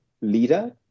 leader